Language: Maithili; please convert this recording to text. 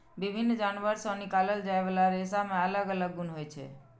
विभिन्न जानवर सं निकालल जाइ बला रेशा मे अलग अलग गुण होइ छै